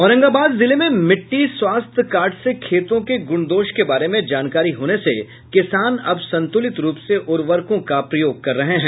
औरंगाबाद जिले में मिट्टी स्वास्थ्य कार्ड से खेतों के गुण दोष के बारे में जानकारी होने से किसान अब संतुलित रुप से उर्वरकों का प्रयोग कर रहे हैं